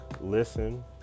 listen